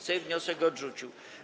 Sejm wniosek odrzucił.